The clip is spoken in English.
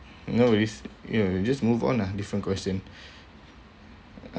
no if ya you just move on lah different question